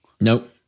Nope